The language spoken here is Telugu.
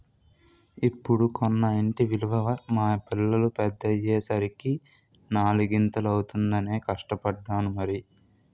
ఇప్పుడు కొన్న ఇంటి విలువ మా పిల్లలు పెద్దయ్యే సరికి నాలిగింతలు అవుతుందనే కష్టపడ్డాను మరి